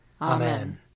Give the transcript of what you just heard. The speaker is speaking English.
Amen